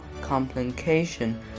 complication